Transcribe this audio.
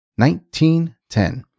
1910